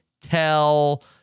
tell